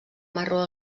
marró